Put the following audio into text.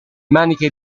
maniche